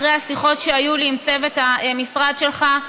אחרי השיחות שהיו לי עם צוות המשרד שלך,